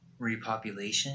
Repopulation